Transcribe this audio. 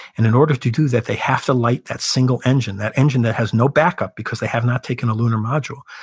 and in order to do that, they have to light that single engine, that engine that has no backup, because they have not taken a lunar module.